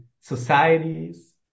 societies